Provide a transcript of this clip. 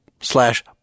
slash